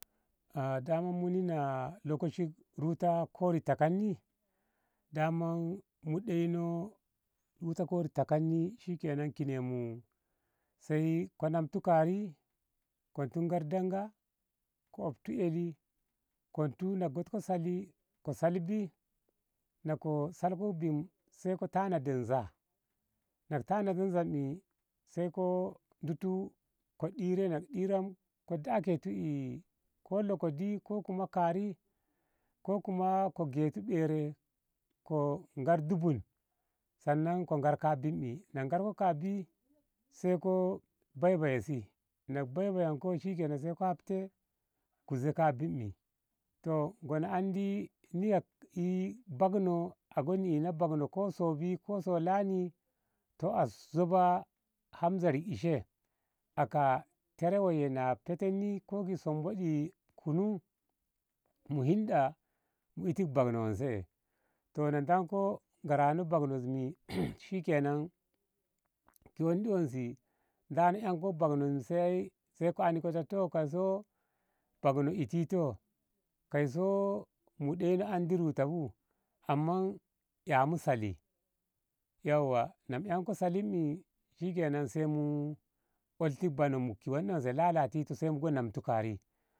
A dama muni na lokaci ruta kori tekanni daman mu deino ruta kori takannni shikenan kine mu sai ko namtu kari ko ditu ko ngar danga ko opti eli ko ditu na gotko sali ko sali bin na koh salko bi sai ko tanade zaa na ko tanade zaa sai ko ditu ko ɗire na ko ɗiram ko daketu ko logodi ko kuma kari ko kuma ko getu ɓerum ko ngar dubun sanna ko ngar ka bim na ko ngar ko ka bi ku baibai si na ko baibabi sai ku hafteku ze ka bin ei toh ngo na andi niyya babbno agonni ina babno ko sobi ko so lani toh a zoba hamtsari ishe aka tere woi ei na hetenni ko ki sommbodi kunu mu hinɗa mu iti babno wonse toh na danko ngarano babno ei shikenan ki wonde wonse dano anko babno wonse sai ko ani ta toh kaiso babno itito ko kai mu deino andi rutah bu amma amu sali yauwa na yanko sali ei shikenan sai mu olti banon mu ki wonde wonse lalatin nisai mu go namtu kari.